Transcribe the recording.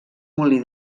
molí